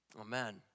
Amen